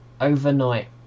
overnight